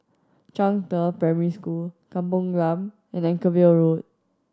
Zhangde Primary School Kampung Glam and Anchorvale Road